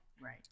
right